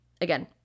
Again